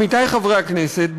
עמיתי חברי הכנסת,